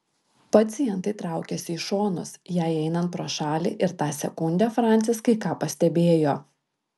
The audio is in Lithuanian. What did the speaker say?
pacientai traukėsi į šonus jai einant pro šalį ir tą sekundę francis kai ką pastebėjo